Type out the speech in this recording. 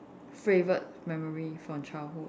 favourite memory from childhood